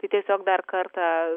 tai tiesiog dar kartą